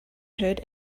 hurt